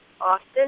Austin